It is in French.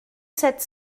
sept